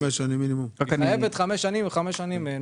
היא חייבת חמש פלוס חמש שנים.